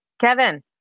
Kevin